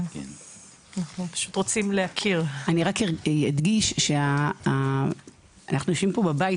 אני רק אדגיש שאנחנו יושבים פה בבית